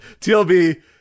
TLB